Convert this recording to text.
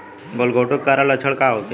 गलघोंटु के कारण लक्षण का होखे?